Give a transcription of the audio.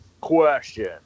question